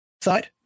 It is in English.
side